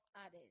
others